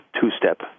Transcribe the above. two-step